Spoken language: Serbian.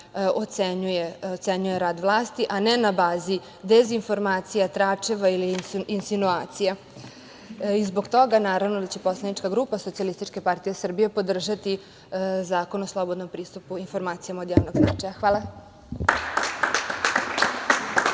ocenjuje rad vlasti, a ne na bazi dezinformacija, tračeva ili insinuacija. Zbog toga naravno da će poslanička grupa SPS podržati Zakon o slobodnom pristupu informacijama od javnog značaja. Hvala.